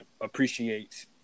appreciates